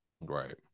Right